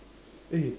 eh